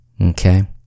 Okay